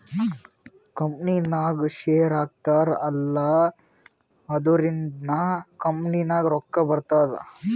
ಕಂಪನಿನಾಗ್ ಶೇರ್ ಹಾಕ್ತಾರ್ ಅಲ್ಲಾ ಅದುರಿಂದ್ನು ಕಂಪನಿಗ್ ರೊಕ್ಕಾ ಬರ್ತುದ್